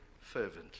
fervently